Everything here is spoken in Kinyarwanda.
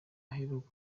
aheruka